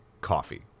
coffee